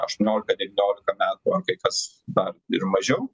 aštuoniolika devyniolika metų ar kai kas na ir mažiau